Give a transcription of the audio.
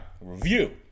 review